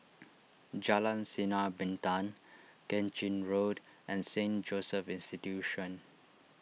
Jalan Sinar Bintang Keng Chin Road and Saint Joseph's Institution